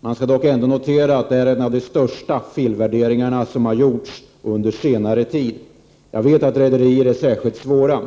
Man skall dock notera att detta är en av de största felvärderingarna som har gjorts under senare tid. Jag vet att rederier är särskilt svåra.